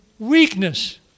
Weakness